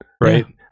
right